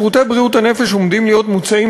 שירותי בריאות הנפש עומדים להיות מוּצאים